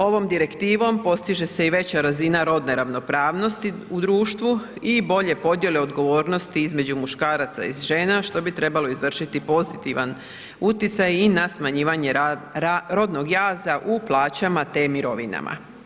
Ovom direktivom postiže se i veća razina rodne ravnopravnosti u društvu i bolje podjele odgovornosti između muškaraca i žena što bi trebalo izvršiti pozitivan utjecaj i na smanjivanje rodnog jaza u plaćama te mirovinama.